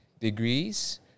degrees